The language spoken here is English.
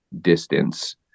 distance